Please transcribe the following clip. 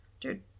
dude